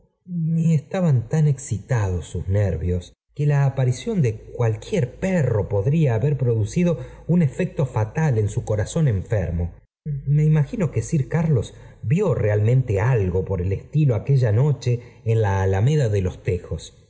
cómo estaban tan excitados sus nervios que la aparición de cualquier perro podría haber producido un efecto fatal en su corazón enfermo me imagino que sir carlos vió realmente algo por el estilo aquella noche en la alameda de los tejos